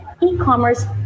e-commerce